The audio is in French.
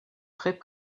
très